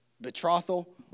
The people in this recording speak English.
betrothal